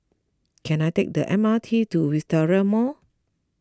can I take the M R T to Wisteria Mall